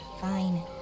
Fine